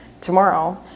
Tomorrow